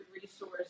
resource